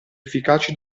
efficaci